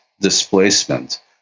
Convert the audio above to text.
displacement